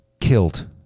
killed